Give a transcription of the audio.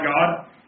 God